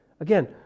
Again